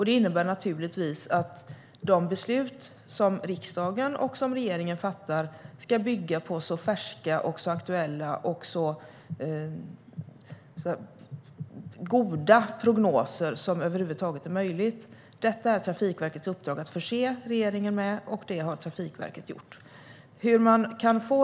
Det innebär naturligtvis att de beslut som riksdagen och regeringen fattar ska bygga på så färska, så aktuella och så goda prognoser som möjligt. Det är Trafikverkets uppdrag att förse regeringen med detta, och det har Trafikverket gjort.